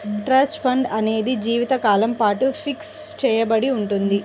trust fund అనేది జీవితకాలం పాటు ఫిక్స్ చెయ్యబడి ఉంటుంది